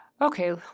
Okay